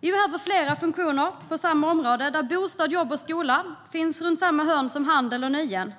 Vi behöver flera funktioner i samma område där bostad, jobb och skola finns runt samma hörn som handel och nöjen och